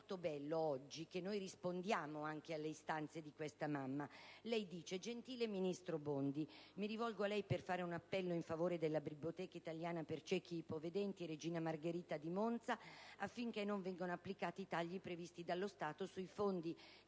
molto bello poter dare oggi una risposta anche alle istanze di questa mamma, che scrive: «Gentile ministro Bondi, mi rivolgo a lei per fare un appello in favore della Biblioteca italiana per ciechi e ipovedenti "Regina Margherita" di Monza, affinché non vengano applicati i tagli previsti dallo Stato sui fondi